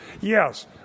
Yes